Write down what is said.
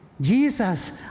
Jesus